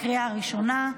לקריאה הראשונה.